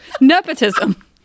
Nepotism